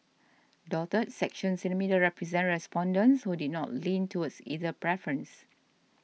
dotted sections in the middle represent respondents who did not lean towards either preference